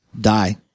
die